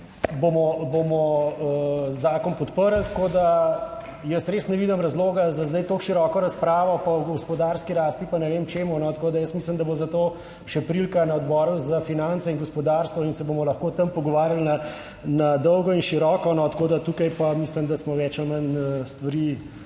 bomo, bomo zakon podprli, tako da jaz res ne vidim razloga za zdaj tako široko razpravo o gospodarski rasti pa ne vem čemu, tako da jaz mislim, da bo za to še prilika na Odboru za finance in gospodarstvo in se bomo lahko tam pogovarjali na dolgo in široko, tako da tukaj pa mislim, da smo več ali manj stvari